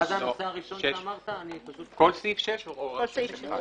סעיף 6. כל סעיף 6 או רק 6(1)?